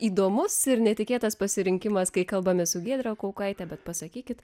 įdomus ir netikėtas pasirinkimas kai kalbame su giedre kaukaite bet pasakykit